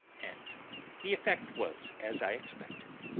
and the effect was as i expected.